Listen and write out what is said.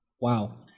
Wow